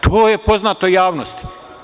To je poznato javnosti.